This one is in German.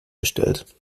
bestellt